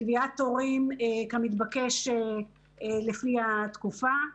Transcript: קביעת תורים כמתבקש לפי התקופה,